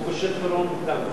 או בשל פירעון מוקדם?